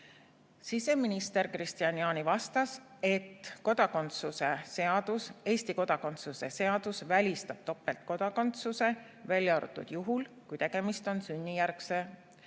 Siseminister Kristian Jaani vastas, et Eesti kodakondsuse seadus välistab topeltkodakondsuse, välja arvatud juhul, kui tegemist on sünnijärgse